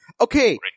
Okay